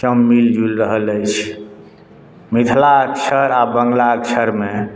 सँ मिल जुलि रहल अछि मिथिलाक्षर आओर बंगलाक्षरमे